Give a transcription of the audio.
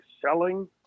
selling